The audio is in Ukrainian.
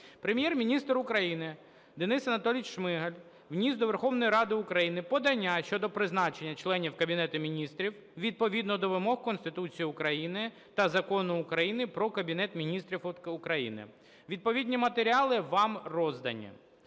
Прем’єр-міністр України Денис Анатолійович Шмигаль вніс до Верховної Ради України подання щодо призначення членів Кабінету Міністрів відповідно до вимог Конституції України та Закону України "Про Кабінет Міністрів України". Відповідні матеріали вам роздані.